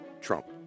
Trump